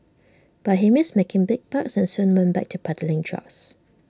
but he missed making big bucks and soon went back to peddling drugs